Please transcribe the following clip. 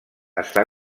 està